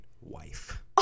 wife